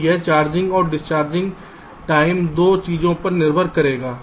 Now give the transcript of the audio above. तो यह चार्जिंग और डिस्चार्जिंग टाइम 2 चीजों पर निर्भर करेगा